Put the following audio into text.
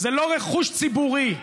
זה לא רכוש ציבורי.